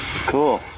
Cool